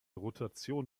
rotation